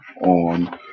on